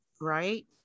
right